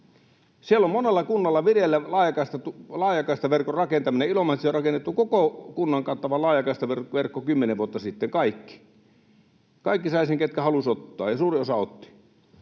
Siellä on monella kunnalla vireillä laajakaistaverkon rakentaminen. Ilomantsiin on rakennettu koko kunnan kattava laajakaistaverkko kymmenen vuotta sitten. Kaikki saivat sen, ketkä halusivat ottaa, ja suurin osa otti.